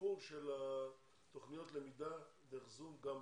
של תוכניות הלמידה דרך זום גם בישראל.